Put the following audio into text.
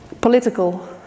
Political